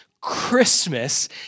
Christmas